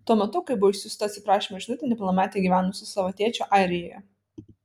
tuo metu kai buvo išsiųsta atsiprašymo žinutė nepilnametė gyveno su savo tėčiu airijoje